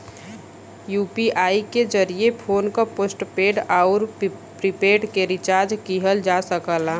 UPI के जरिये phone क पोस्टपेड आउर प्रीपेड के रिचार्ज किहल जा सकला